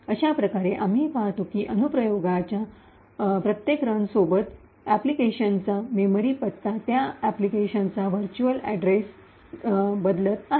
अशाप्रकारे आम्ही पाहतो की अनुप्रयोगाच्या एप्लिकेशन application प्रत्येक रन सोबत अनुप्रयोगाचा मेमरी पत्ता त्या अनुप्रयोगाचा व्हर्च्युअल नकाशा बदलत आहे